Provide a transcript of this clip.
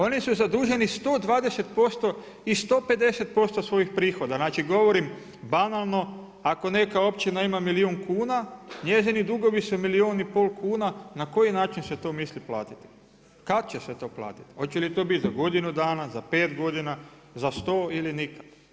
Oni su zaduženi 120% i 150% svojih prihoda, znači govorim banalno ako neka općina ima milijun kuna njezini dugovi su milijun i pol kuna, na koji način se to misli platiti, kada će se to platiti, hoće li to biti za godinu dana, za pet godina, za sto ili nikad?